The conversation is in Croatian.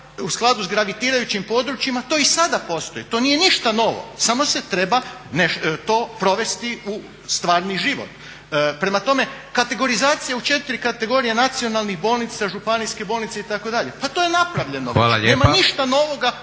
u skladu sa gravitirajućim područjima to i sada postoji, to nije ništa novo samo se treba to provesti u stvarni život. Prema tome, kategorizacija u četiri kategorije nacionalnih bolnica, županijske bolnice i tako dalje, pa to je napravljeno već, nema ništa novoga